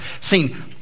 seen